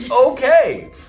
Okay